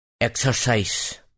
exercise